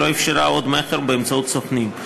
שלא אפשרה עוד מכר באמצעות סוכנים.